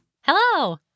Hello